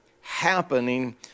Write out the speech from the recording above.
happening